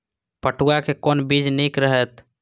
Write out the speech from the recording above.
पटुआ के कोन बीज निक रहैत?